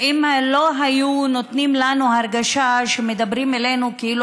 ואם לא היו נותנים לנו הרגשה שמדברים אלינו כאילו